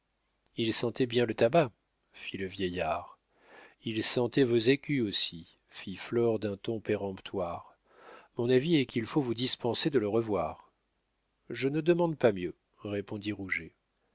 il sentait bien le tabac fit le vieillard il sentait vos écus aussi dit flore d'un ton péremptoire mon avis est qu'il faut vous dispenser de le recevoir je ne demande pas mieux répondit